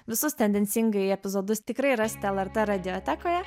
visus tendencingai epizodus tikrai rasite lrt radiotekoje